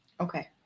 Okay